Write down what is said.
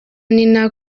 nina